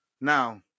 now